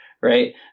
right